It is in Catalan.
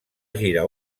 girar